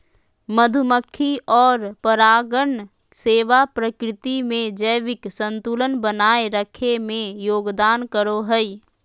मधुमक्खी और परागण सेवा प्रकृति में जैविक संतुलन बनाए रखे में योगदान करो हइ